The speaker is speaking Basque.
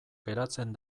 geratzen